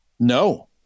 no